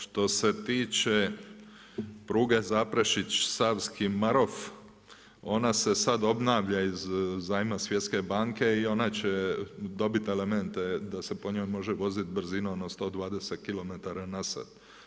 Što se tiče pruge Zaprešić – Savski Marof ona se sad obnavlja iz zajma Svjetske banke i ona će dobit elemente da se po njoj može vozit brzinom od 120 km na sat.